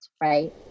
right